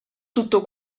tutto